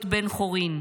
להיות בן חורין.